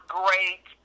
great